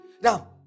Now